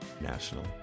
national